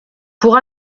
pour